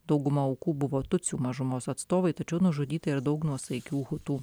dauguma aukų buvo tutsių mažumos atstovai tačiau nužudyta ir daug nuosaikių hutų